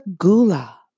gula